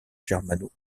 germano